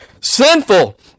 sinful